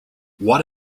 what